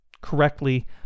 correctly